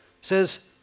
says